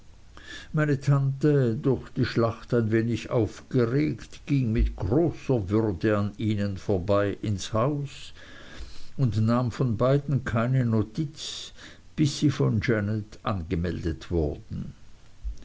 meine tante durch die schlacht ein wenig aufgeregt ging mit großer würde an ihnen vorbei ins haus und nahm von beiden keine notiz bis sie von janet angemeldet wurden